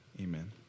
Amen